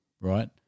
Right